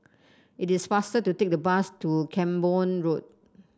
it is faster to take the bus to Camborne Road